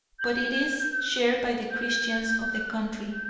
but is shared by the christians of the country.